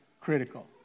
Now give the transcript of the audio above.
critical